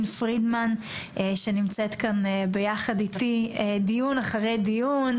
פרידמן שנמצאת כאן ביחד איתי דיון אחרי דיון,